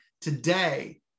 today